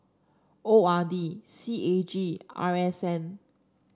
O R D C A G R S N